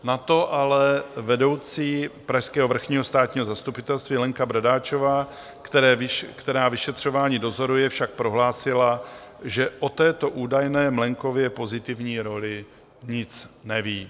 Na to ale vedoucí pražského Vrchního státního zastupitelství Lenka Bradáčová, která vyšetřování dozoruje, však prohlásila, že o této údajné Mlejnkově pozitivní roli nic neví.